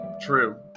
true